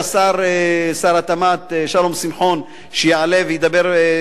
ושר התמ"ת שלום שמחון שיעלה וידבר,